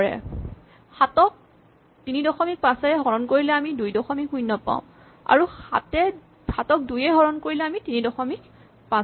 ৭ ক ৩৫ এ হৰণ কৰি আমি ২০ পাওঁ আৰু ৭ ক ২য়ে হৰণ কৰি আমি ৩৫ পাওঁ